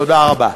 תודה רבה.